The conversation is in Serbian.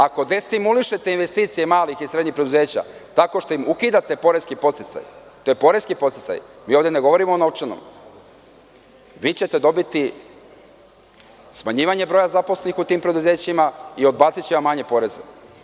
Ako destimulišete investicije malih i srednjih preduzeća tako što im ukidate poreski podsticaj, to je poreski podsticaj, mi ovde ne govorimo o novčanom, vi ćete dobiti smanjivanje broja zaposlenih u tim preduzećima i odbaciće vam manje poreze.